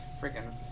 freaking